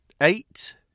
Eight